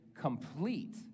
complete